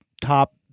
top